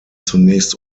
zunächst